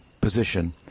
position